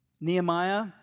Nehemiah